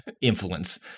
influence